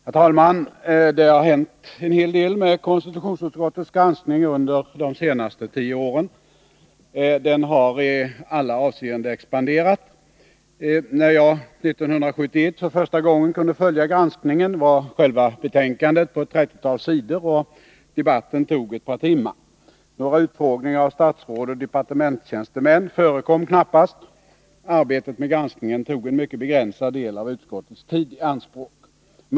Herr talman! Det har hänt en hel del med konstitutionsutskottets granskning under de senaste tio åren. Den har i alla avseenden expanderat. När jag år 1971 för första gången kunde följa granskningen var själva betänkandet på ett trettiotal sidor, och debatten tog ett par timmar. Några utfrågningar av statsråd och departementstjänstemän förekom knappast. Arbetet med granskningen tog en mycket begränsad del av utskottets tid i anspråk.